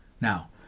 Now